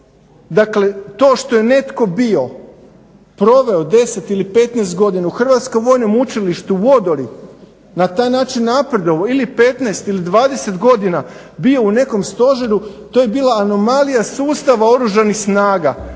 dakle to što je netko bio, proveo 10 ili 15 godina u Hrvatskom vojnom učilištu u odori, na taj način napredovao. Ili 15 ili 20 godina bio u nekom stožeru, to je bila anomalija sustava Oružanih snaga.